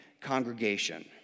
congregation